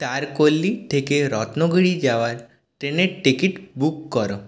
তারকর্লি থেকে রত্নগিরি যাওয়ার ট্রেনের টিকিট বুক করো